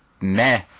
meh